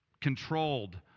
controlled